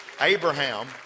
Abraham